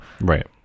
Right